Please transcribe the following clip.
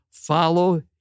follow